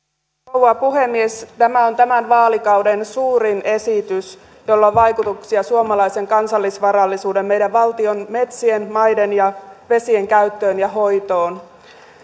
rouva puhemies tämä on tämän vaalikauden suurin esitys jolla on vaikutuksia suomalaisen kansallisvarallisuuden meidän valtion metsien maiden ja vesien käyttöön ja hoitoon